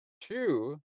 two